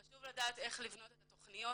לכן חשוב לדעת איך לבנות את התכניות